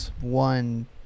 one